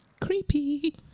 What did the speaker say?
Creepy